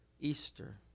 Easter